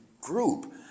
group